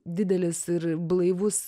didelis ir blaivus